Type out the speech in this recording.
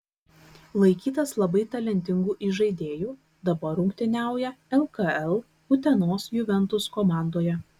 laikytas labai talentingu įžaidėju dabar rungtyniauja lkl utenos juventus komandoje